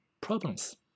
problems